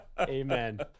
Amen